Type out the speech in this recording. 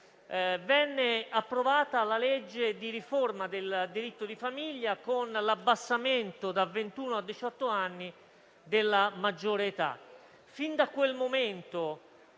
venne approvata la legge di riforma del diritto di famiglia, con l'abbassamento da ventuno a diciotto anni della maggiore età.